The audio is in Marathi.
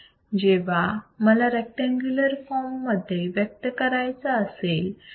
जेव्हा मला रेक्टेंगुलर फॉर्म मध्ये व्यक्त करायचा असेल